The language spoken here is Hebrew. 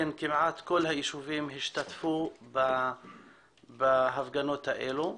כן, כמעט כל היישובים השתתפו בהפגנות האלה.